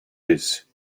this